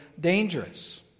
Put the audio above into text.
dangerous